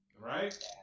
Right